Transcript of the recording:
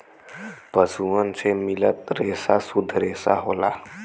पसुअन से मिलल रेसा सुद्ध रेसा होला